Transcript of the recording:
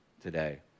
today